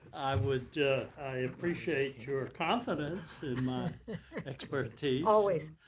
i would i appreciate your confidence in my expertise. always.